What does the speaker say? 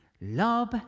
love